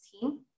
team